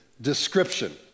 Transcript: description